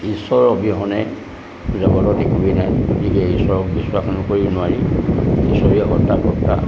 ঈশ্বৰ অবিহনে জগতত একোৱে নাই গতিকে ঈশ্বৰক বিশ্বাস নকৰি নোৱাৰি ঈশ্বৰেই কৰ্তা ধৰ্তা